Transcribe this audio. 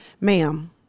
Ma'am